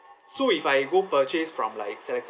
so if I go purchase from like selected